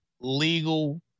legal